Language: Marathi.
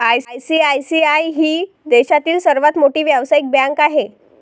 आई.सी.आई.सी.आई ही देशातील सर्वात मोठी व्यावसायिक बँक आहे